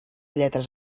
lletres